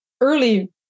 early